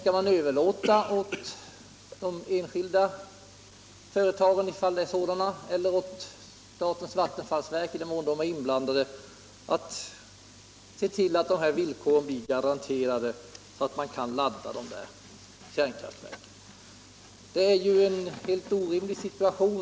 Sedan överlåts åt de enskilda företagen resp. statens vattenfallsverk att se till att villkoren uppfylls, så att kärnkraftverken kan laddas. Det är ju en helt orimlig situation.